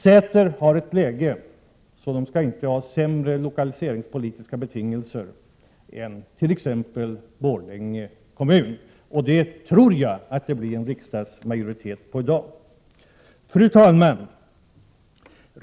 Säter har ett sådant läge att det inte skall ha sämre lokaliseringspolitiska betingelser än t.ex. Borlänge kommun -— jag tror att en riksdagsmajoritet röstar för det i dag. Fru talman!